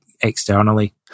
externally